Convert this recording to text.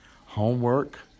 Homework